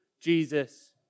Jesus